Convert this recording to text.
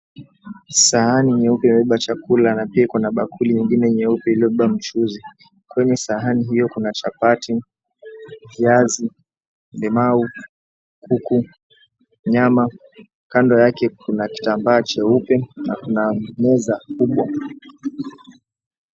Sahani nyeupe imebeba chakula na pia iko na bakuli ingine nyeupe iliyobeba mchuuzi, kwenye sahani hiyo kuna chapati, viazi, limau, kuku, nyama kando yake kuna kitambaa cheupe na kuna meza kubwa.